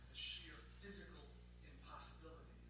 sheer physical impossibility